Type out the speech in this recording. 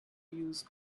use